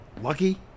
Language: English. Lucky